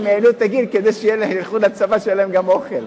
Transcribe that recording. שהם העלו את הגיל כדי שילכו לצבא שיהיה להם גם אוכל.